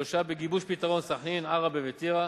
שלושה בגיבוש פתרון: סח'נין, עראבה וטירה.